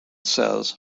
says